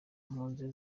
impunzi